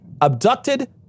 abducted